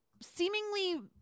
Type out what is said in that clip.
seemingly